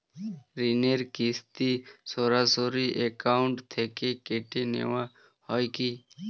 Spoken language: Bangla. ঋণের কিস্তি সরাসরি অ্যাকাউন্ট থেকে কেটে নেওয়া হয় কি?